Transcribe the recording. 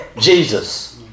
Jesus